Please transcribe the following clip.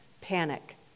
panic